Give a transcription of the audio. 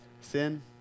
sin